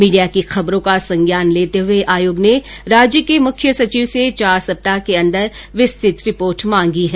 media की खबरों का संज्ञान लेते हुए आयोग ने राज्य के मुख्य सचिव से चार सप्ताह के अंदर विस्तुत रिपोर्ट मांगी है